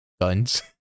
guns